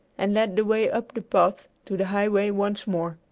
and led the way up the path to the highway once more.